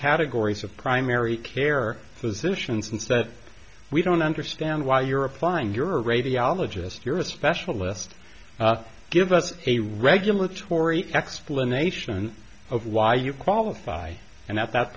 categories of primary care physicians and said we don't understand why you're applying your radiologists you're a specialist give us a regulatory explanation of why you qualify and at that